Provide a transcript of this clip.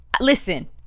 listen